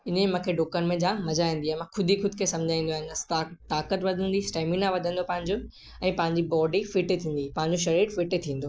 ईअं ई मूंखे डुकण में जामु मज़ा ईंदी आहे मां ख़ुदि ई ख़ुदि खे सम्झाईंदो रहंदो आहियां इन सां ताक ताक़त वधंदी स्टैमिना वधंदो पंहिंजो ऐं पंहिंजी बॉडी फिट थींदी पंहिंजो शरीरु फिट थींदो